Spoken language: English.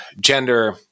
gender